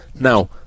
Now